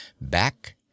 back